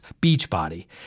Beachbody